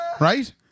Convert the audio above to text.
Right